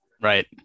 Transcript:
right